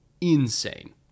insane